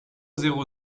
zéro